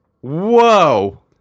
Whoa